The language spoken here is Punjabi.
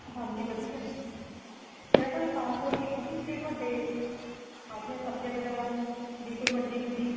ਹਾਂਜੀ ਵਧੀਆ ਮੈਂ ਤੁਹਾਨੂੰ ਤਾਂ ਕੋਲ ਕੀਤੀ ਸੀ ਇੱਥੇ ਤੁਹਾਡੇ ਤਾਜ਼ੀਆਂ ਸਬਜ਼ੀਆਂ ਵਗੈਰਾ ਦੀ ਕੋਈ ਮੰਡੀ ਮੁੰਡੀ